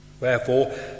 Wherefore